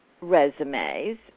resumes